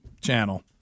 channel